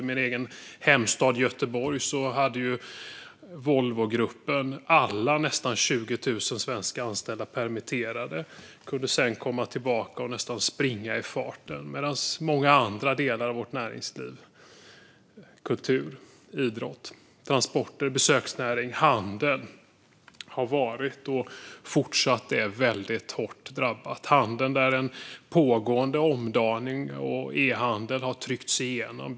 I min egen hemstad Göteborg hade Volvogruppen alla nästan 20 000 svenska anställda permitterade. De kunde sedan komma tillbaka och nästan hoppa på i farten medan många andra delar av vårt näringsliv - kultur, idrott, transporter, besöksnäring och handel - har varit och fortsätter att vara väldigt drabbade. Inom handeln har en pågående omdaning och e-handel tryckts igenom.